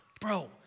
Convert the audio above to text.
bro